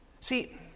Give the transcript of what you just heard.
See